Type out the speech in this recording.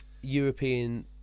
European